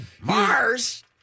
Mars